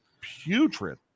putrid